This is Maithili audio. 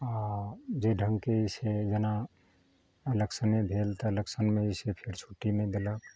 आ जहि ढङ्गके जे छै जेना एलेक्सने भेल तऽ एलेक्सनमे जे छै फेर छुट्टी नहि देलक